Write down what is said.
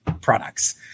products